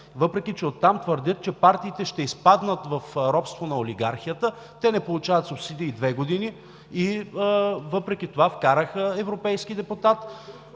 Въпреки че оттам твърдят, че партиите ще изпаднат в робство на олигархията. Те не получават субсидии две години и въпреки това, вкараха европейски депутат.